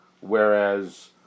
whereas